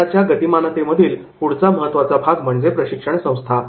गटाच्या गतिमानतेमधील पुढचा महत्वाचा भाग म्हणजे प्रशिक्षण संस्था